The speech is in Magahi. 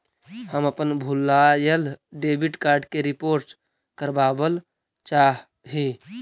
हम अपन भूलायल डेबिट कार्ड के रिपोर्ट करावल चाह ही